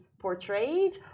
portrayed